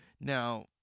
Now